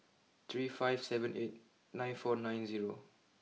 three five seven eight nine four nine zero